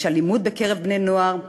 יש אלימות בקרב בני-נוער,